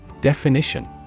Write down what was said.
Definition